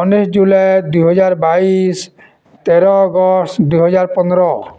ଉଣେଇଶ ଜୁଲାଇ ଦୁଇହଜାର ବାଇଶ ତେର ଅଗଷ୍ଟ ଦୁଇହଜାର ପନ୍ଦର